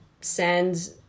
send